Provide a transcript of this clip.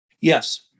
Yes